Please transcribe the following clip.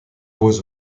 was